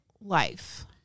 life